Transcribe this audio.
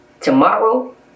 Tomorrow